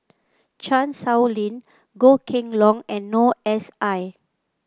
Chan Sow Lin Goh Kheng Long and Noor S I